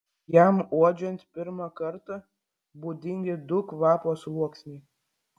jam uodžiant pirmą kartą būdingi du kvapo sluoksniai